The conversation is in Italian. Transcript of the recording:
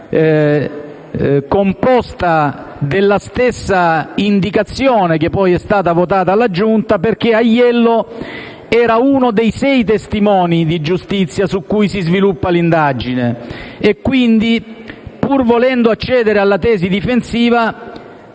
composta della stessa indicazione che poi è stata votata alla Giunta, perché Aiello era uno dei sei testimoni di giustizia su cui si sviluppa l'indagine e quindi, pur volendo accedere alla tesi difensiva,